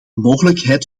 mogelijkheid